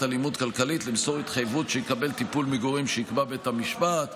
אלימות כלכלית למסור התחייבות שיקבל טיפול מגורם שיקבע בית המשפט.